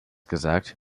gesagt